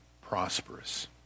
prosperous